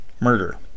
murder